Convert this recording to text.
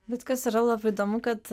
viskas yra labai įdomu kad